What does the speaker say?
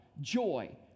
joy